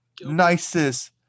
nicest